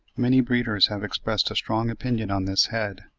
many breeders have expressed a strong opinion on this head.